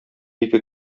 ике